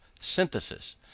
synthesis